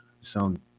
sound